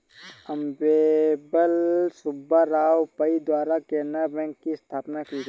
अम्मेम्बल सुब्बा राव पई द्वारा केनरा बैंक की स्थापना की गयी